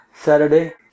Saturday